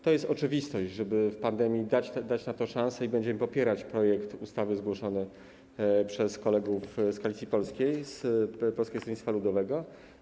To jest oczywistość, żeby w pandemii dać na to szansę, i będziemy popierać projekt ustawy zgłoszony przez kolegów z Koalicji Polskiej, z Polskiego Stronnictwa Ludowego.